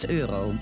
euro